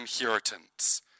inheritance